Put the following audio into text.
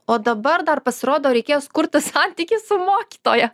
o dabar dar pasirodo reikės kurti santykį su mokytoja